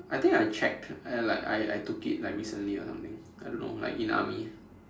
I think I checked I like I I took it like recently or something I don't know like in army